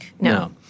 No